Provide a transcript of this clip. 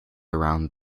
around